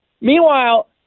Meanwhile